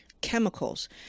chemicals